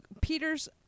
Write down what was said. Peter's